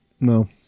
No